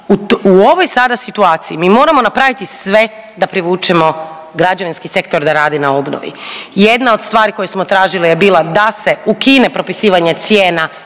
U ovoj sada situaciji mi moramo napraviti sve da privučemo građevinski sektor da radi na obnovi. Jedna od stvari koju smo tražili je bila da se ukine propisivanje cijena